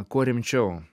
kuo rimčiau